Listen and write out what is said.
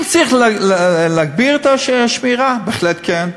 אם צריך להגביר את השמירה, בהחלט כן.